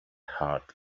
heart